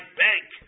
bank